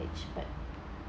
but